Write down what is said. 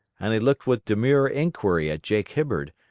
and he looked with demure inquiry at jake hibbard,